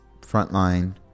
frontline